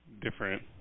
different